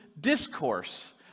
discourse